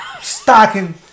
stocking